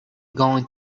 going